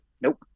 nope